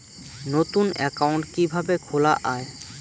নতুন একাউন্ট কিভাবে খোলা য়ায়?